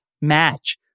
match